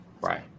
Right